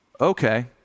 okay